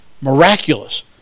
miraculous